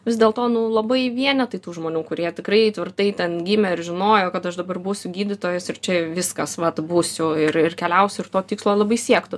vis dėl to nu labai vienetai tų žmonių kurie tikrai tvirtai ten gimė ir žinojo kad aš dabar būsiu gydytojas ir čia viskas vat būsiu ir ir keliausiu ir to tikslo labai siektų